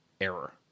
error